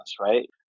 right